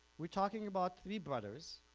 we're talking about three brothers,